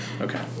okay